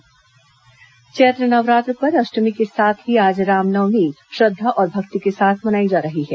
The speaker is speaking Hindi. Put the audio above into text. महाअष्टमी रामनवमी चैत्र नवरात्र पर अष्टमी के साथ ही आज रामनवमी श्रद्धा और भक्ति के साथ मनाई जा रही है